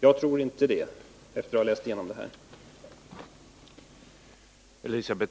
Jag tror inte det, efter att ha läst igenom det här materialet.